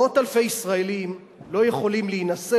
מאות אלפי ישראלים לא יכולים להינשא,